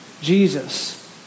Jesus